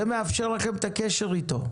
זה מאפשר לכם את הקשר איתו.